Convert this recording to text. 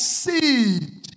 seed